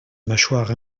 mâchoire